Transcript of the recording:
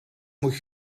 moet